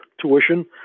tuition